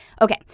Okay